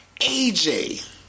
AJ